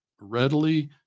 readily